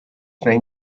train